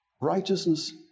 Righteousness